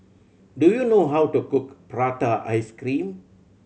do you know how to cook prata ice cream